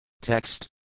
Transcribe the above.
Text